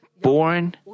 born